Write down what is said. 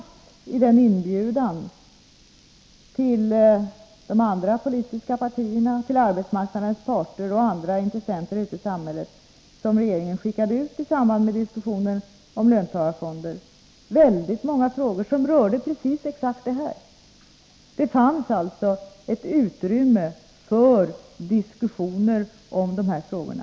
Men i den inbjudan till de andra politiska partierna, till arbetsmarknadens parter och till andra intressenter ute i samhället som regeringen skickade ut i samband med diskussionen om löntagarfonder fanns väldigt många frågor om precis detta. Det fanns ett utrymme för diskussioner om också dessa frågor.